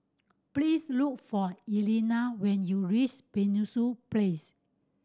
please look for Elena when you reach Penshurst Place